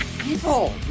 People